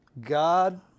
God